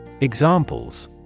Examples